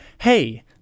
hey